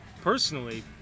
personally